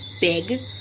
big